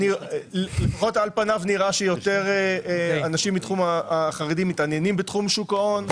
על פניו נראה שיותר חרדים מתעניינים בתחום שוק ההון,